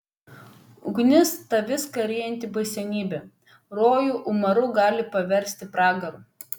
ugnis ta viską ryjanti baisenybė rojų umaru gali paversti pragaru